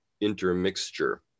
intermixture